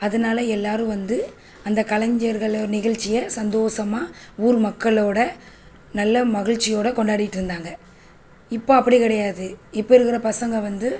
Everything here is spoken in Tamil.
அதனால எல்லோரும் வந்து அந்த கலைஞர்கள் நிகழ்ச்சியை சந்தோஷமா ஊர் மக்களோடு நல்லா மகிழ்ச்சியோடு கொண்டாடிட்டு இருந்தாங்க இப்போ அப்படி கிடையாது இப்போ இருக்கிற பசங்க வந்து